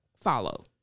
follow